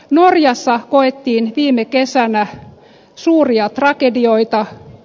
norjassa koettiin viime kesänä suuria tragedioita